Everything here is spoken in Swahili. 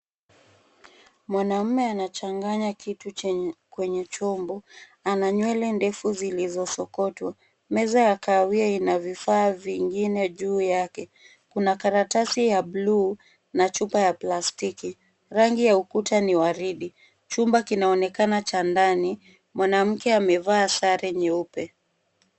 Mwanamme anachanganya kitu kwenye chombo. Ana nywele ndefu zilizosokotwa. Meza ya kahawia ina vifaa vingine juu yake. Kuna karatasi ya buluu na chupa ya plastiki. Rangi ya ukuta ni waridi. Chumba kinaonekana cha ndani. Mwanamke amevaa sare nyeupe.